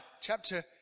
chapter